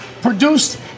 Produced